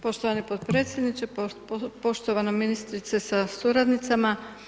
Poštovani potpredsjedniče, poštovana ministrice sa suradnicama.